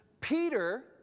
Peter